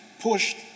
pushed